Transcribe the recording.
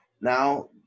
Now